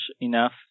enough